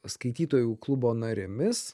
skaitytojų klubo narėmis